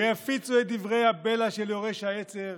ויפיצו את דברי הבלע של יורש העוצר